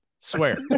swear